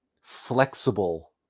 flexible